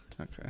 Okay